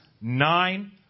nine